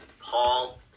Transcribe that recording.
Paul